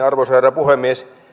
arvoisa herra puhemies